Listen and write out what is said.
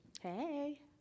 Hey